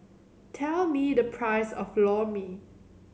tell me the price of Lor Mee